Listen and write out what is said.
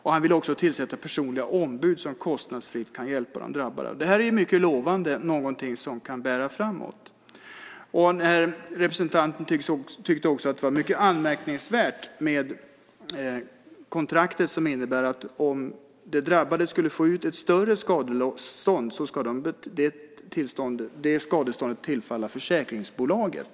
Han ville också tillsätta personliga ombud som kostnadsfritt kan hjälpa de drabbade. Det är mycket lovande och något som kan bära framåt. Den här representanten tyckte också att det var mycket anmärkningsvärt med det kontrakt som innebär att om de drabbade får ut ett större skadestånd ska det tillfalla försäkringsbolaget.